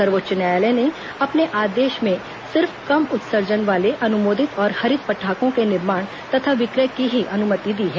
सर्वोच्च न्यायालय ने अपने आदेश में सिर्फ कम उत्सर्जन वाले अनुमोदित और हरित पटाखों के निर्माण तथा विक्रय की ही अनुमति दी है